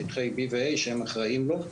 שטחי B ו-A שהם אחראים לו,